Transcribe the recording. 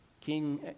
King